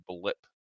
Blip